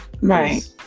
Right